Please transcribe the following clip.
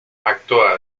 actúa